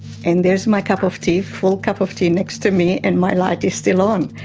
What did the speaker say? and there's my cup of tea, full cup of tea next to me and my light is still on.